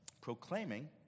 proclaiming